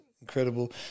incredible